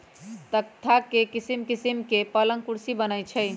तकख्ता से किशिम किशीम के पलंग कुर्सी बनए छइ